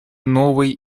новой